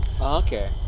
Okay